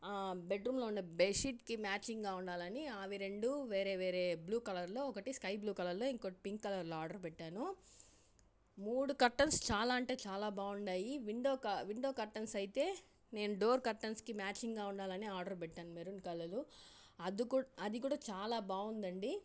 బెడ్రూమ్లో ఉండే బెడ్షీట్కి మ్యాచింగ్గా ఉండాలని అవి రెండు వేరే వేరే బ్లూ కలర్లో ఒకటి స్కై బ్లూ కలర్లో ఇంకోటి పింక్ కలర్లో ఆర్డర్ పెట్టాను మూడు కర్టెన్స్ చాలా అంటే చాలా బాగున్నాయి విండో క విండో కర్టెన్స్ అయితే నేను డోర్ కర్టన్స్కి మ్యాచింగ్గా ఉండాలని ఆర్డర్ పెట్టాను మెరూన్ కలర్ అది కూ అది కూడా చాలా బాగుందండి